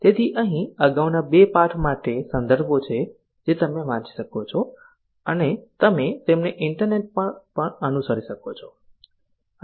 તેથી અહીં અગાઉના 2 પાઠ માટે સંદર્ભો છે જે તમે વાંચી શકો છો અને તમે તેમને ઇન્ટરનેટ પર પણ અનુસરી શકો છો